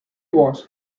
was